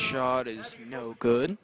shot is no good